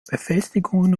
befestigungen